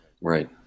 Right